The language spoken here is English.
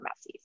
Messi's